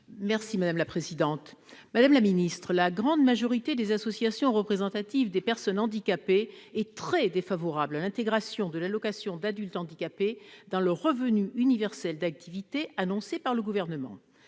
Madame la secrétaire d'État, la grande majorité des associations représentatives des personnes handicapées est très défavorable à l'intégration de l'allocation aux adultes handicapés AAH dans le revenu universel d'activité (RUA) annoncée par le Gouvernement.